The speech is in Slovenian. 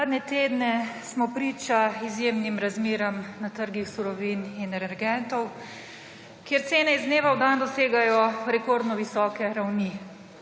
Zadnje tedne smo priča izjemnim razmeram na trgih surovin in energentov, kjer cene iz dneva v dan dosegajo rekordno visoke ravni.